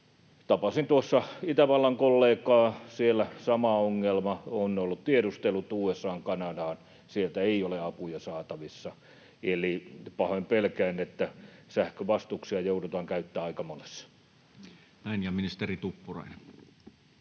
tapasin tuossa Itävallan kollegaa — siellä sama ongelma. On ollut tiedustelut USA:han, Kanadaan — sieltä ei ole apuja saatavissa. Eli pahoin pelkään, että sähkövastuksia joudutaan käyttämään aika monessa. Näin. — Ja ministeri Tuppurainen.